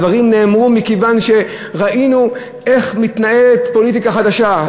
הדברים נאמרו מכיוון שראינו איך מתנהלת פוליטיקה חדשה,